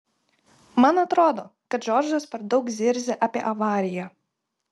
man atrodo kad džordžas per daug zirzia apie avariją